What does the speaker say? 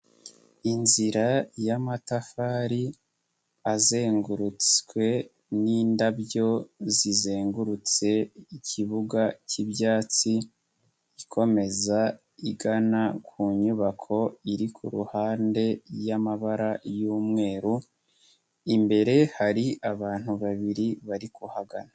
Inzira y'amatafari azengurutswe n'indabyo zizengurutse ikibuga cyibyatsi, ikomeza igana ku nyubako iri ku ruhande y'amabara y'umweru, imbere hari abantu babiri bari kuhagana.